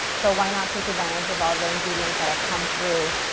so why not take advantage of all the ingredients that have come through?